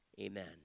Amen